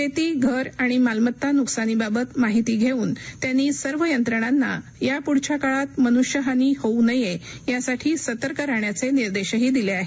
शेती घर आणि मालमत्ता नुकसानीबाबत माहिती घेऊन त्यांनी सर्व यंत्रणांना या पुढच्या काळात मनुष्यहानी होऊ नये यासाठी सतर्क राहण्याचे निर्देशही दिले आहेत